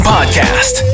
Podcast